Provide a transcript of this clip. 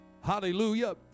Hallelujah